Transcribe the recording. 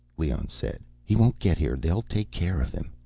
leone said. he won't get here. they'll take care of him.